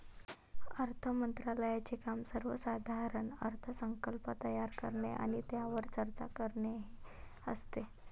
अर्थ मंत्रालयाचे काम सर्वसाधारण अर्थसंकल्प तयार करणे आणि त्यावर चर्चा करणे हे असते